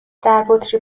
دربطری